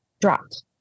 dropped